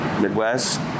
midwest